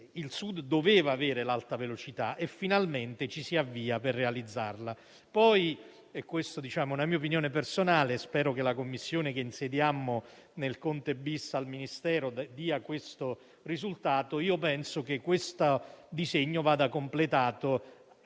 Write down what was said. Il Sud doveva avere l'Alta velocità e finalmente ci si avvia per realizzarla. Poi - ma questa è una mia opinione personale e spero che la Commissione che insediammo nel Conte-II al Ministero dia questo risultato - penso che questo disegno vada completato